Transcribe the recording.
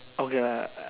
okay lah